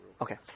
Okay